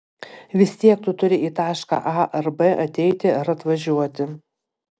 vis tiek tu turi į tašką a ar b ateiti ar atvažiuoti